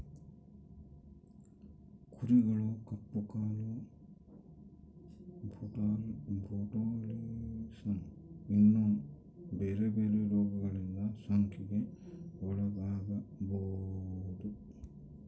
ಕುರಿಗಳು ಕಪ್ಪು ಕಾಲು, ಬೊಟುಲಿಸಮ್, ಇನ್ನ ಬೆರೆ ಬೆರೆ ರೋಗಗಳಿಂದ ಸೋಂಕಿಗೆ ಒಳಗಾಗಬೊದು